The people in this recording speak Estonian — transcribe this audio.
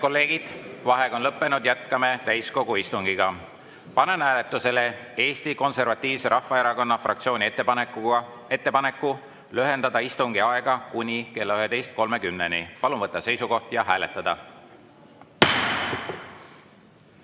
kolleegid! Vaheaeg on lõppenud, jätkame täiskogu istungit. Panen hääletusele Eesti Konservatiivse Rahvaerakonna fraktsiooni ettepaneku lühendada istungi aega kuni kella 11.30-ni. Palun võtta seisukoht ja hääletada!